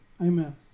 Amen